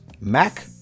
Mac